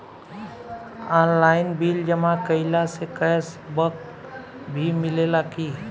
Online bill जमा कईला से कैश बक भी मिलेला की?